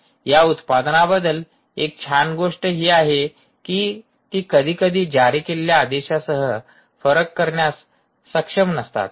या उत्पादनांबद्दल एक छान गोष्ट ही आहे की ती कधीकधी जारी केलेल्या आदेशासह फरक करण्यास सक्षम नसतात